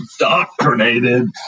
indoctrinated